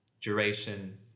duration